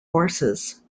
forces